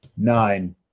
Nine